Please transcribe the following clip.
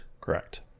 Correct